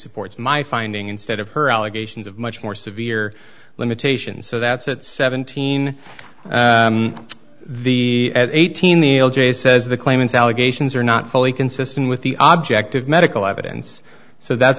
supports my finding instead of her allegations of much more severe limitations so that's at seventeen the at eighteen the l j says the claimant's allegations are not fully consistent with the object of medical evidence so that's